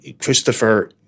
Christopher